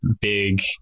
big